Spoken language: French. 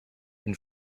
une